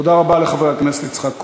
תודה רבה לחבר הכנסת יצחק כהן.